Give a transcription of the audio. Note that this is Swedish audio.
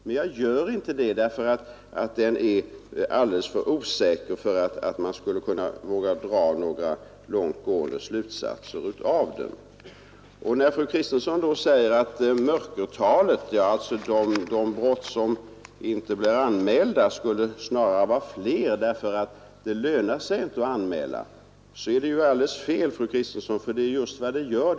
Men jag gör inte det därför att den är alldeles för osäker för att man skall våga dra några långt gående slutsatser av den. Fru Kristensson säger att ”mörkertalet”, dvs. antalet brott som inte blir anmälda, snarare skulle vara större därför att det inte lönar sig att anmäla. Det är ju alldeles fel, fru Kristensson, för det är just vad det gör.